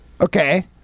Okay